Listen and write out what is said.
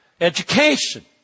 education